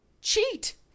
cheat